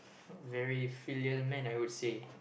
uh very filial man I would say